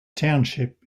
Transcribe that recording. township